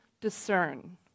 discern